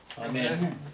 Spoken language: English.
amen